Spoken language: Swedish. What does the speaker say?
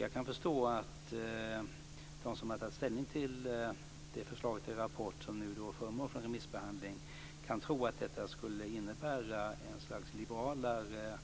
Jag kan förstå att de som har tagit ställning till det förslag till rapport som nu är föremål för remissbehandling kan tro att det skulle innebära ett slags liberalare